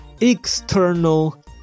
external